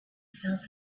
felt